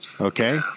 Okay